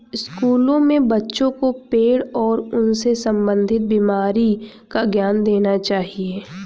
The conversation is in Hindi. स्कूलों में बच्चों को पेड़ और उनसे संबंधित बीमारी का ज्ञान देना चाहिए